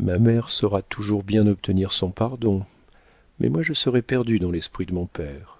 ma mère saura toujours bien obtenir son pardon mais moi je serai perdue dans l'esprit de mon père